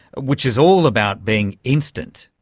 which is all about being instant.